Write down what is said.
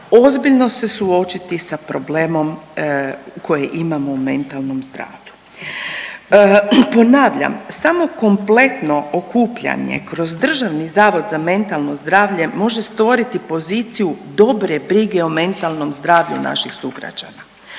ozbiljno se suočiti sa problemom koje imamo o mentalnom zdravlju. Ponavljam samo kompletno okupljanje kroz Državni zavod za mentalno zdravlje može stvoriti poziciju dobre brige o mentalnom zdravlju naših sugrađana.